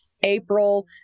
April